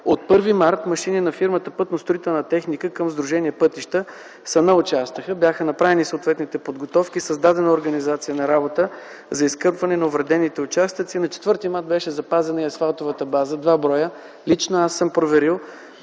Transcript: От 1 март машини на фирмата „Пътна строителна техника” към Сдружение „Пътища” са на участъка. Бяха направени съответните подготовки, създадена е организация на работа за изкърпване на увредените участъци. На 4 март беше запазена и асфалтовата база – 2 бр. Лично аз съм проверил,